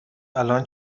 الان